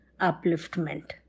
upliftment